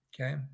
Okay